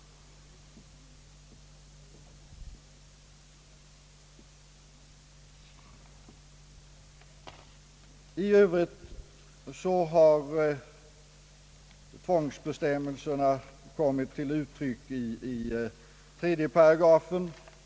I övrigt har tvångsbestämmelserna kommit till uttryck i 3 § av lagförslaget.